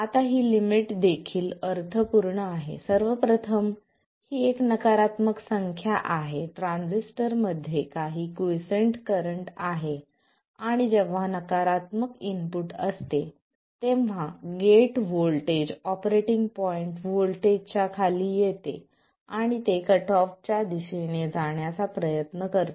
आता ही लिमिट देखील अर्थपूर्ण आहे सर्व प्रथम ही एक नकारात्मक संख्या आहे ट्रान्झिस्टरमध्ये काही क्वीसेंट करंट आहे आणि जेव्हा नकारात्मक इनपुट असते तेव्हा गेट व्होल्टेज ऑपरेटिंग पॉईंट व्होल्टेजच्या खाली येते आणि ते कट ऑफ च्या दिशेने जाण्याचा प्रयत्न करते